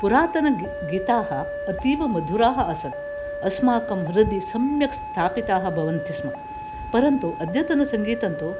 पुरातन गी गाताः अतीव मधुराः आसन् अस्माकं हृदि सम्यक् स्थापिताः भवन्तिस्म परन्तु अद्यतनसङ्गीतं तु